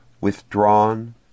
withdrawn